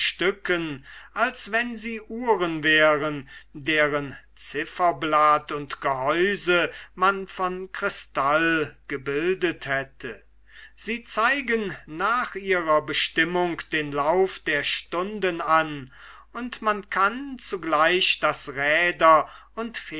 als wenn sie uhren wären deren zifferblatt und gehäuse man von kristall gebildet hätte sie zeigen nach ihrer bestimmung den lauf der stunden an und man kann zugleich das räder und